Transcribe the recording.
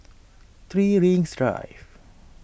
three Rings Drive